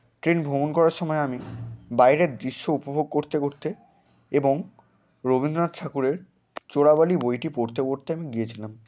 train ভ্রমণ করার সমায় আমি বাইরের দৃশ্য উপভোগ করতে করতে এবং রবীন্দ্রনাথ ঠাকুরের চোরাবালি বইটি পড়তে পড়তে আমি গিয়েছিলাম